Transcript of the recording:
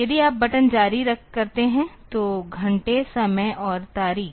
यदि आप बटन जारी करते हैं तो घंटे समय और तारीख